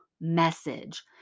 message